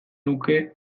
nuke